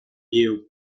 view